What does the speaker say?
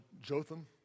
Jotham